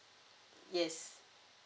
yes